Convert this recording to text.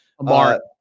Mark